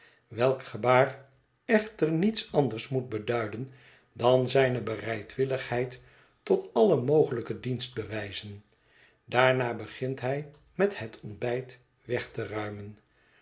welk gebaar echter niets anders moet beduiden dan zijne bereidwilligheid tot alle mogelijke dienstbewijzen daarna begint hij met het ontbijt weg te ruimen